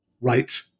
right